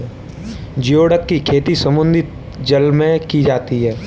geoduck की खेती समुद्री जल में की जाती है